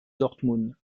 dortmund